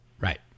Right